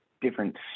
different